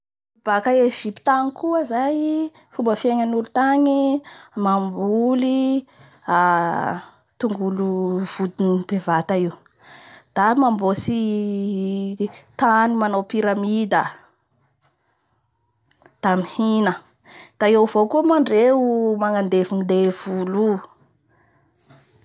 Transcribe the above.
Baka egypte angny koa zay, fomba fiegnan'olo tangny mamboly togolo vodiny bevata io da mamboatsy tany manao pyramide da mihina da eo avao koa moa ndreo manandevondevo olo io.